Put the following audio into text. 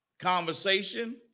Conversation